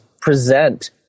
present